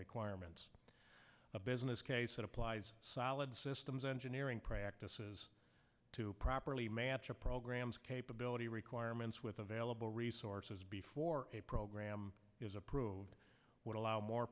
requirements a business case that applies solid systems engineering practices to properly match a program's capability requirements with available resources before a program is approved would allow more